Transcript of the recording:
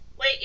Wait